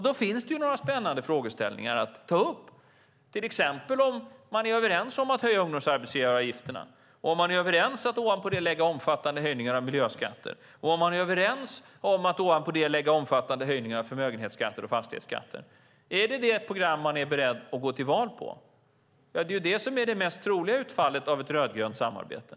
Då finns det några spännande frågeställningar att ta upp, till exempel om man är överens om att höja ungdomsarbetsgivaravgifterna, om man är överens om att ovanpå det lägga omfattande höjningar av miljöskatter och om man är överens om att ovanpå det lägga omfattande höjningar av förmögenhetsskatt och fastighetsskatt. Är det det program man är beredd att gå till val på? Ja, det är ju det som är det mest troliga utfallet av ett rödgrönt samarbete.